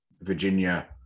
Virginia